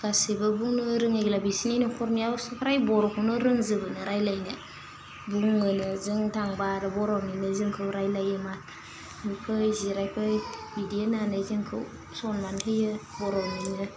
गासैबो बुंनो रोङै गैला बिसिनि न'खरनिया फ्राइ बर'खौनो रोंजोबो रायलायनो बुङोनो जों थांबा आरो बर'निनो जोंखौ रायलायो मा फै जिरायफै इदि होननानै जोंखौ सनमान होयो बर'निनो